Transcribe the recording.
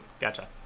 gotcha